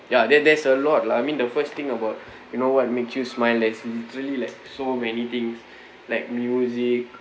ya there there's a lot lah I mean the first thing about you know what makes you smile that's really like so many things like music